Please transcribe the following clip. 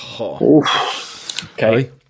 Okay